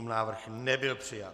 Návrh nebyl přijat.